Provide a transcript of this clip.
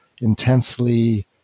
intensely